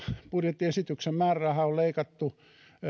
budjettiesityksen määrärahaa on leikattu